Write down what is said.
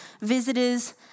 visitors